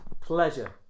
Pleasure